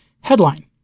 Headline